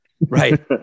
right